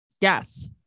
Yes